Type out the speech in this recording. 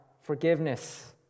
forgiveness